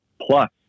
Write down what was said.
plus